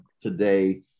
today